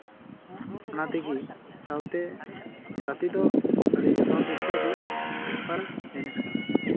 ᱚᱱᱟᱛᱮᱜᱮ ᱥᱟᱶᱛᱮ ᱜᱟᱛᱮ ᱫᱚ ᱡᱚᱛᱚᱦᱚᱲ ᱯᱚᱠᱠᱷᱮ ᱟᱹᱰᱤ ᱫᱚᱨᱠᱟᱨ ᱡᱤᱱᱤᱥ ᱠᱟᱱᱟ